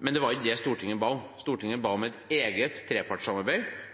Men det var ikke det Stortinget ba om. Stortinget ba om et eget trepartssamarbeid,